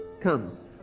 comes